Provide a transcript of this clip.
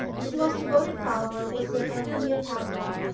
his most devoted follower was st. anthony of padua,